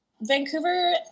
Vancouver